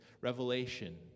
revelation